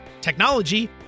technology